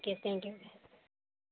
okay thank you